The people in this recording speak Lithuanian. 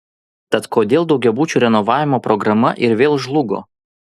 tad kodėl daugiabučių renovavimo programa ir vėl žlugo